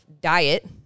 diet